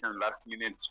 last-minute